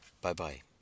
bye-bye